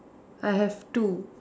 I have two